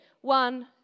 One